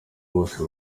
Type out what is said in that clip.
bose